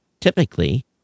Typically